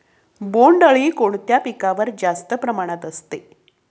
बोंडअळी कोणत्या पिकावर जास्त प्रमाणात असते?